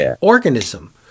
organism